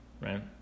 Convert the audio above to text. right